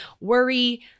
worry